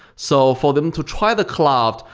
so for them to try the cloud,